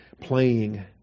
playing